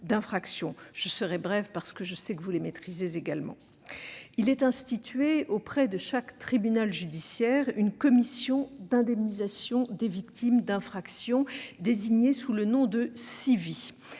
d'infractions ; je serai brève, parce que je sais que vous les maîtrisez également. Il est institué, auprès de chaque tribunal judiciaire, une commission d'indemnisation des victimes d'infraction (CIVI), devant